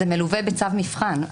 זה מלווה בצו מבחן.